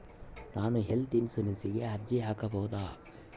ನಾನು ಹೆಲ್ತ್ ಇನ್ಶೂರೆನ್ಸಿಗೆ ಅರ್ಜಿ ಹಾಕಬಹುದಾ?